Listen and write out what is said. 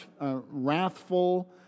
wrathful